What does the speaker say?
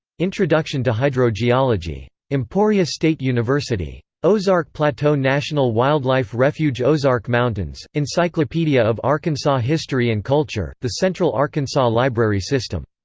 introduction to hydrogeology. emporia state university. ozark plateau national wildlife refuge ozark mountains, encyclopedia of arkansas history and culture, the central arkansas library system.